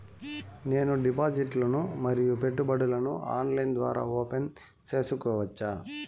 నేను డిపాజిట్లు ను మరియు పెట్టుబడులను ఆన్లైన్ ద్వారా ఓపెన్ సేసుకోవచ్చా?